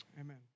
Amen